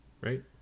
right